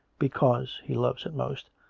because he loves it most,